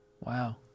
Wow